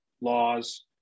laws